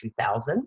2000